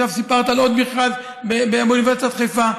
ועכשיו סיפרת על עוד מכרז באוניברסיטת חיפה.